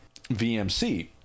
VMC